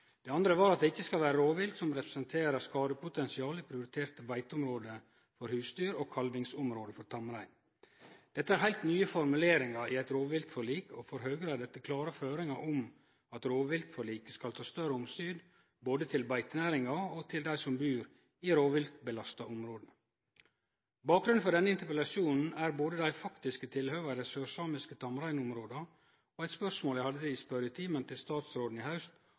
Det andre er at det ikkje skal vere rovvilt som representerer skadepotensial, i prioriterte beiteområde for husdyr og kalvingsområde for tamrein. Dette er heilt nye formuleringar i eit rovviltforlik, og for Høgre er dette klare føringar om at rovviltforliket skal ta større omsyn både til beitenæringa og til dei som bur i rovviltbelasta område. Bakgrunnen for denne interpellasjonen er både dei faktiske tilhøva i dei sørsamiske tamreinområda og eit spørsmål eg stilte statsråden i spørjetimen i haust,